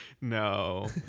No